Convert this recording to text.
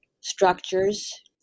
Structures